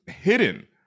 hidden